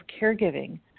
caregiving